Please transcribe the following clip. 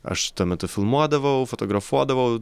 aš tuo metu filmuodavau fotografuodavau